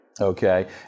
Okay